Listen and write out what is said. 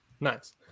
Nice